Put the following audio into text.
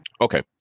Okay